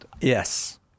Yes